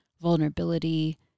vulnerability